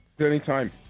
Anytime